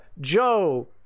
Joe